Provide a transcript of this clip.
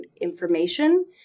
information